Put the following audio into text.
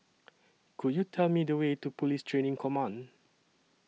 Could YOU Tell Me The Way to Police Training Command